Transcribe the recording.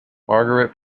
margaret